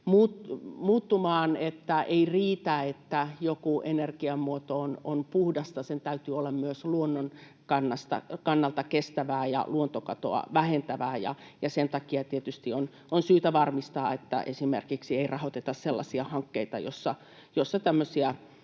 muuttumaan, että ei riitä, että joku energiamuoto on puhdasta, vaan sen täytyy olla myös luonnon kannalta kestävää ja luontokatoa vähentävää. Sen takia tietysti on syytä varmistaa, että ei rahoiteta esimerkiksi sellaisia hankkeita, joissa tämmöisiä